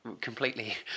completely